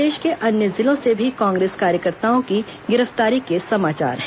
प्रदेश के अन्य जिलों से भी कांग्रेस कार्यकर्ताओं की गिरफ्तारी के समाचार है